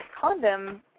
condom